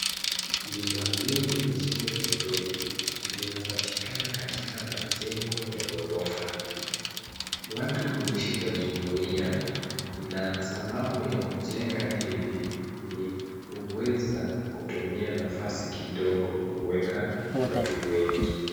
Nyumba mingi mjini Nairobi, zinapatikana katika majengo ya ghorofa. Watu huishi kwa jumuia, na sababu ya kujenga hivi, ni kuweza kutumia nafasi kidogo kuweka watu wengi.